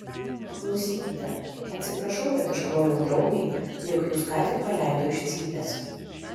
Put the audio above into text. paklausykite atsiprašau kad išklojau draugei jog jus ką tik paleido iš cypės